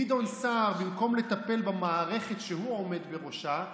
גדעון סער, במקום לטפל במערכת שהוא עומד בראשה,